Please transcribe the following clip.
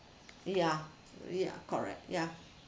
ya ya correct ya